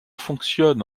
fonctionne